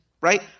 right